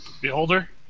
Beholder